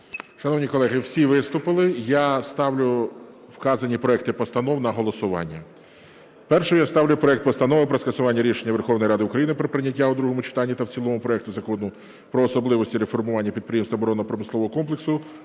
Шановні колеги, всі виступили. Я ставлю вказані проекти постанов на голосування. Першою я ставлю проект Постанови про скасування рішення Верховної Ради України про прийняття у другому читанні та в цілому проекту Закону "Про особливості реформування підприємств оборонно-промислового комплексу